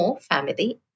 family